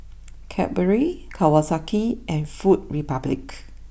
Cadbury Kawasaki and food Republic